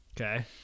Okay